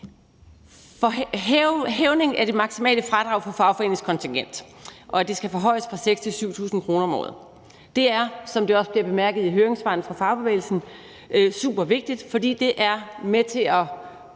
hævningen af det maksimale fradrag for fagforeningskontingenter fra 6.000 til 7.000 kr. om året. Det er, som det i høringssvarene også bliver bemærket fra fagbevægelsens side, supervigtigt, fordi det er med til at